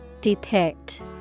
depict